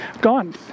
gone